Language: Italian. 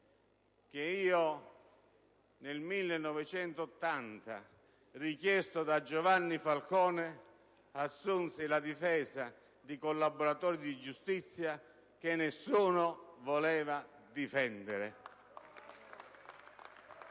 che io nel 1980, richiesto da Giovanni Falcone, assunsi la difesa di collaboratori di giustizia che nessuno voleva difendere.